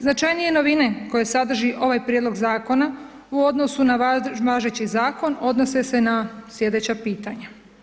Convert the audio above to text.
Značajnije novine koje sadrži ovaj prijedlog Zakona u odnosu na važeći Zakon odnose se na slijedeća pitanja.